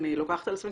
אני לוקחת על עצמי,